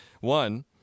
One